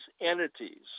entities